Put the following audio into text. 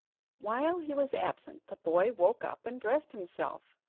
while he was absent the boy woke up and dressed himself.